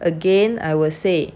again I will say